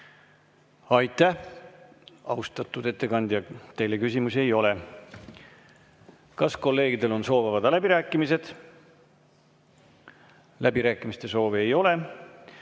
Aitäh, austatud ettekandja! Teile küsimusi ei ole. Kas kolleegidel on soovi avada läbirääkimised? Läbirääkimiste soovi ei ole.